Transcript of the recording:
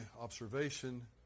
observation